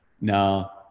no